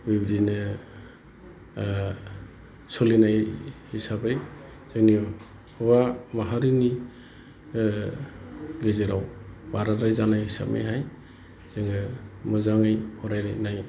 बिबादिनो सोलिनाय हिसाबै जोंनि हौवा माहारिनि गेजेराव बाराद्राय जानाय हिसाबैहाय जोङो मोजाङै फरायनाय